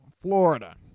Florida